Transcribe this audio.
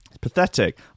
Pathetic